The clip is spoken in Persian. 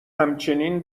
همچنین